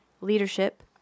leadership